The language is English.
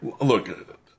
look